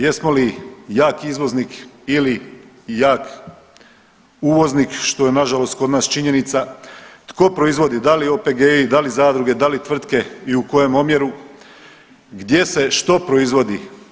Jesmo li jak izvoznik ili jak uvoznik što je na žalost kod nas činjenica tko proizvodi da li OPG-i, da li zadruge, da li tvrtke i u kojem omjeru, gdje se što proizvodi?